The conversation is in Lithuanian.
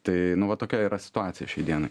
tai nu va tokia yra situacija šiai dienai